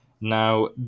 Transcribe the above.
Now